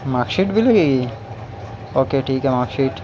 mark sheet بھی لگے گی اوکے ٹھیک ہے مارک شیٹ